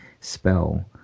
spell